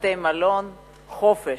בתי-מלון, חופש,